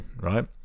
Right